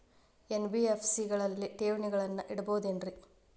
NBFC ಗಳಲ್ಲಿ ಠೇವಣಿಗಳನ್ನು ಇಡಬಹುದೇನ್ರಿ?